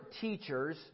teachers